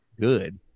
good